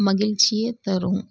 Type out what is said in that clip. மகிழ்ச்சியை தரும்